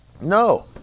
no